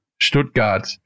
Stuttgart